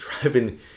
driving